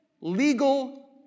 legal